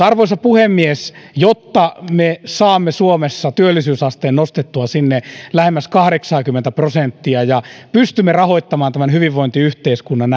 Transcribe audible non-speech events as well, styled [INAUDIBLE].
[UNINTELLIGIBLE] arvoisa puhemies jotta me saamme suomessa työllisyysasteen nostettua sinne lähemmäs kahdeksaakymmentä prosenttia ja pystymme rahoittamaan tämän hyvinvointiyhteiskunnan [UNINTELLIGIBLE]